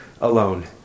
alone